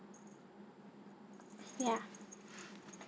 ya